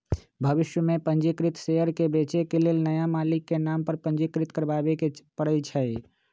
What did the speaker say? भविष में पंजीकृत शेयर के बेचे के लेल नया मालिक के नाम पर पंजीकृत करबाबेके परै छै